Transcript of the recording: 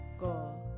go